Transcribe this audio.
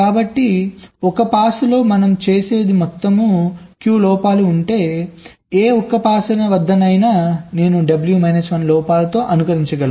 కాబట్టి 1 పాస్ లో మనం చేసేది మొత్తం q లోపాలు ఉంటే కాబట్టి ఏ ఒక్క పాస్ వద్దనైనా నేను W మైనస్ 1 లోపాలతో అనుకరించగలను